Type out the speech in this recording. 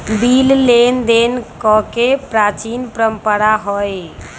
bill लेनदेन कके प्राचीन परंपरा हइ